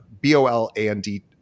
B-O-L-A-N-D